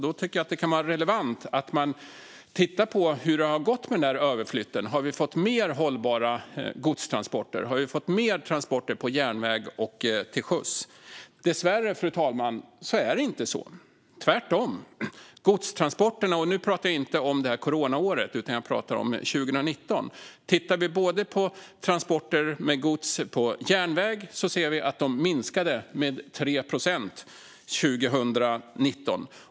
Då kan det vara relevant att man tittar på hur det har gått med överflytten. Har vi fått mer hållbara godstransporter? Har vi fått mer transporter på järnväg och till sjöss? Dessvärre, fru talman, är det inte så. Tvärtom. Nu pratar jag inte om coronaåret utan om 2019. Tittar vi på transporter med gods på järnväg ser vi att de minskade med 3 procent 2019.